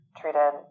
treated